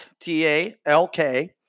T-A-L-K